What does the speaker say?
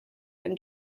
and